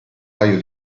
paio